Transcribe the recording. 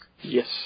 Yes